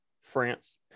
France